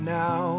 now